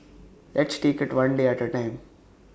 let's take IT one day at A time